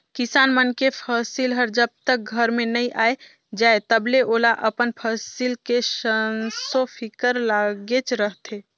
किसान मन के फसिल हर जब तक घर में नइ आये जाए तलबे ओला अपन फसिल के संसो फिकर लागेच रहथे